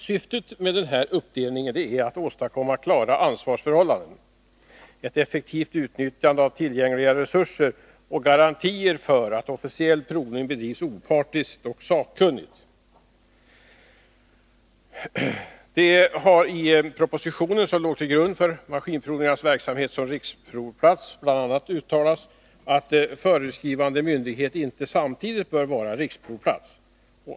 Syftet med denna uppdelning är att åstadkomma klara ansvarsförhållanden, ett effektivt utnyttjande av tillgängliga resurser och garantier för att officiell provning bedrivs opartiskt och sakkunnigt. I propositionen, som låg till grund för maskinprovningarnas verksamhet som riksprovplats, har det bl.a. uttalats att föreskrivande myndighet inte samtidigt bör vara riksprovplats.